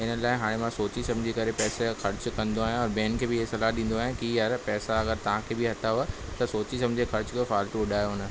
हिन लाइ हाणे मां सोची सम्झी करे पैसा ख़र्चु कंदो आहियां ऐं ॿियनि खे बि हीअ सलाह ॾींदो आहियां की यार पैसा अगरि तव्हां खे बि अथव त सोची सम्झी ख़र्चु कयो फालतू उॾायो न